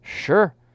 Sure